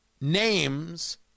names